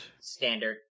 Standard